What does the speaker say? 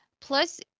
Plus